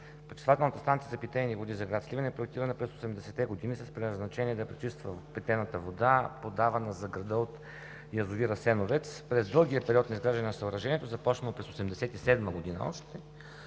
пречиствателната станция за питейни води за град Сливен е проектирана през 80-те години с предназначение да пречиства питейната вода, подавана за града от язовир „Асеновец“. През дългия период на изграждане на съоръжението, започнало още